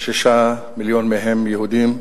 שישה מיליון מהם יהודים.